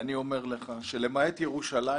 ואני אומר לך שלמעט ירושלים,